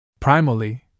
Primally